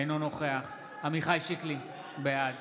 אינו נוכח עמיחי שיקלי, בעד